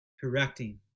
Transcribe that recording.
correcting